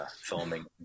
filming